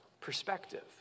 perspective